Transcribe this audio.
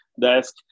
desk